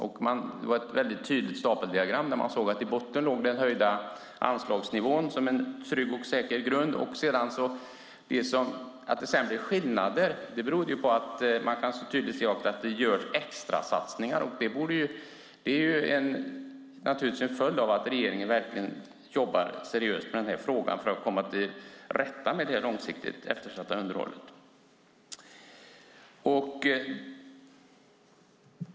Det var ett tydligt stapeldiagram, där man såg att den höjda anslagsnivån låg som en trygg och säker grund i botten. Att det sedan blev skillnader berodde på - och det kunde man tydligt se - att det görs extrasatsningar. Det är naturligtvis en följd av att regeringen verkligen jobbar seriöst med frågan för att långsiktigt komma till rätta med det eftersatta underhållet.